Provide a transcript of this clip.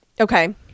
Okay